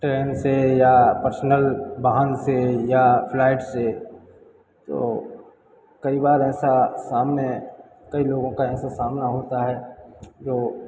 train से या personal वाहन से या फ़्लाइट से तो कई बार ऐसा सामने कई लोगों का ऐसे सामना होता है जो